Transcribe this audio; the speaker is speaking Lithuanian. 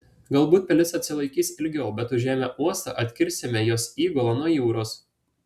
galbūt pilis atsilaikys ilgiau bet užėmę uostą atkirsime jos įgulą nuo jūros